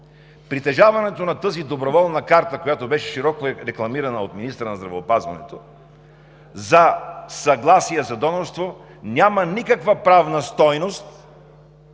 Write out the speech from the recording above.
притежаването на тази доброволна карта, която беше широко рекламирана от министъра на здравеопазването за съгласие за донорство няма никаква правна стойност,